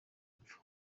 apfa